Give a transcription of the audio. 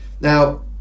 Now